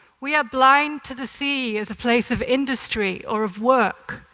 we are blind to the sea as a place of industry or of work.